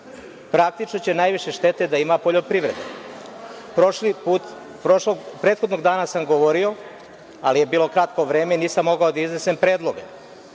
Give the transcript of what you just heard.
praktično će najviše štete da ima poljoprivreda. Prethodnog dana sam govorio, ali je bilo kratko vreme i nisam mogao da iznesem predloge.